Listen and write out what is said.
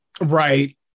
Right